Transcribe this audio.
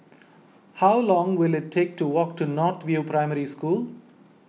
how long will it take to walk to North View Primary School